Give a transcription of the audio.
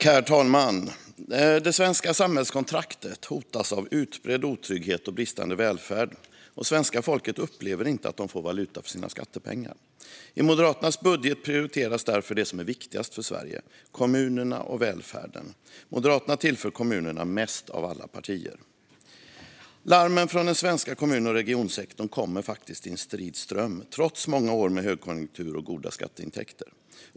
Herr talman! Det svenska samhällskontraktet hotas av utbredd otrygghet och bristande välfärd, och svenska folket upplever att de inte får valuta för sina skattepengar. I Moderaternas budget prioriteras därför det som är viktigast för Sverige: kommunerna och välfärden. Moderaterna tillför kommunerna mest av alla partier. Larmen från den svenska kommun och regionsektorn kommer i en strid ström, trots många år med högkonjunktur och goda skatteintäkter.